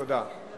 תודה.